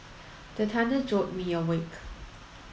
the thunder jolt me awake